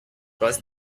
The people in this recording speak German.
was